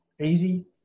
easy